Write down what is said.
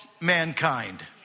mankind